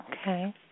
Okay